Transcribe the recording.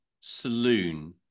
saloon